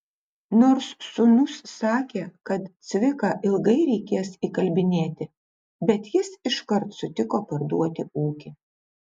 nors sūnus sakė kad cviką ilgai reikės įkalbinėti bet jis iškart sutiko parduoti ūkį